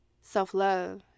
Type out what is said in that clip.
Self-love